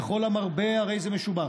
וכל המרבה הרי זה משובח.